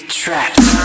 trapped